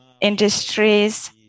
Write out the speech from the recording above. industries